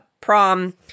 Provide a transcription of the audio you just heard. prom